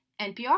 NPR